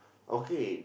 okay